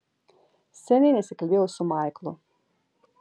seniai nesikalbėjau su maiklu